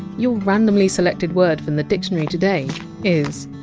your randomly selected word from the dictionary today is!